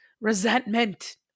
resentment